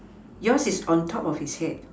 yours is on top of his head